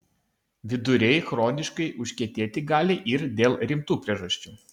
viduriai chroniškai užkietėti gali ir dėl rimtų priežasčių